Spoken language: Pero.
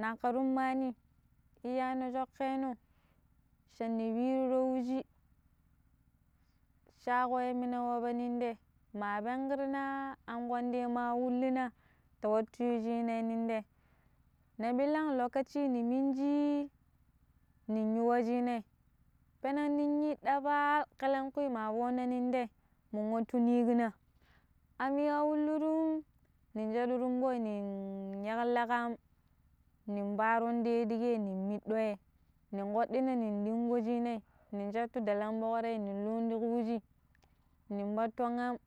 na kar tummani iyano choƙƙeno shanna piro wuji sha ho yammina waɓa non te ma penkiri na am ƙwandi ma wullina ta wuttu yu wu cinai non te, ne ɓilang lokaci ni minji nin yu wucinai peneng nin yi ɗaɓal kaelenkwi ma foonna nin dai mun wattu niƙina ami a wullurum nin shaɗu rumɓoi nin yeƙilla ta am nin paron ta ɗiƙei nin miɗɗo ye nin kwaɗɗina nin ɗinko cinai nin shattu ɗeleng ɓokrai nin lun tuƙu wuji ni kwato amm